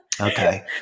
Okay